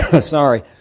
Sorry